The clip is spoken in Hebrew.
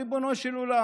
ריבונו של עולם.